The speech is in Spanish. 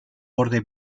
borde